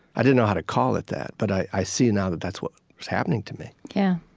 i didn't know how to call it that. but i see now that that's what was happening to me yeah.